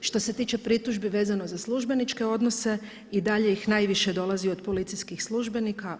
Što se tiče pritužbi vezano za službeničke odnose i dalje ih najviše dolazi od policijskih službenika.